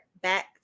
back